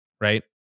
right